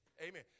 Amen